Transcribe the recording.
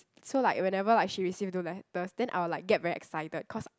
so like whenever like she receive those letters then I will like get very excited cause